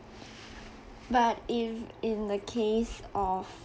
but if in the case of